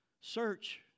search